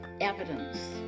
evidence